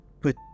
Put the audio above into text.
put